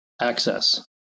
access